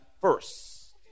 first